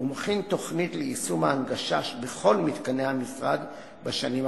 ומכין תוכנית ליישום ההנגשה בכל מתקני המשרד בשנים הקרובות.